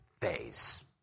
phase